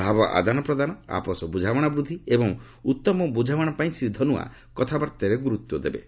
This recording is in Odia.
ଭାବ ଆଦାନ ପ୍ରଦାନ ଆପୋଷ ବୁଝାମଣା ବୃଦ୍ଧି ଏବଂ ଉତ୍ତମ ବୁଝାମଣାପାଇଁ ଶ୍ରୀ ଧନୁଆ କଥାବାର୍ତ୍ତାରେ ଗୁରୁତ୍ୱ ଦେବେ